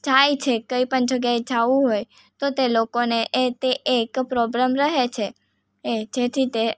જાય છે કઈપણ જગ્યાએ જવું હોય તો તે લોકોને એ તે એક પ્રોબલમ રહે છે એ જેથી તે